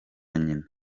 nyina